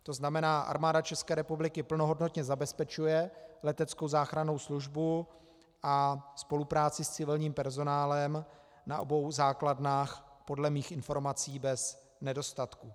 To znamená, Armáda ČR plnohodnotně zabezpečuje leteckou záchrannou službu a spolupráci s civilním personálem na obou základnách podle mých informací bez nedostatků.